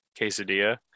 quesadilla